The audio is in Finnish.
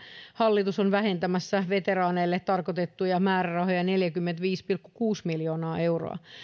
hallitus on vähentämässä veteraaneille tarkoitettuja määrärahoja neljäkymmentäviisi pilkku kuusi miljoonaa euroa